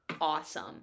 awesome